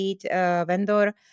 vendor